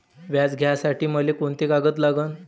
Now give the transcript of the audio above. व्याज घ्यासाठी मले कोंते कागद लागन?